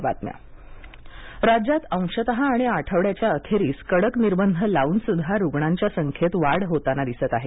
बैठक राज्यात अंशतः आणि आठवड्याच्या अखेरीस कडक निर्बंध लावूनसुद्धा रुग्णांच्या संख्येत वाढ होताना दिसत आहे